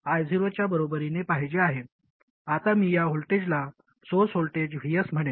आता मी या व्होल्टेजला सोर्स व्होल्टेज Vs म्हणेन